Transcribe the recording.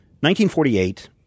1948